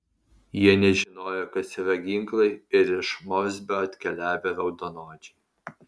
jie nežinojo kas yra ginklai ir iš morsbio atkeliavę raudonodžiai